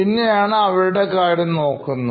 പിന്നെ ആണ് അവരുടെ കാര്യം നോക്കുന്നത്